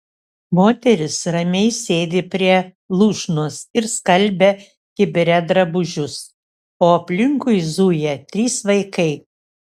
moteris ramiai sėdi prie lūšnos ir skalbia kibire drabužius o aplinkui zuja trys vaikai